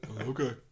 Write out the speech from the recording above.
okay